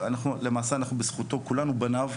למעשה אנחנו בזכותו כולנו בניו.